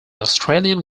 australian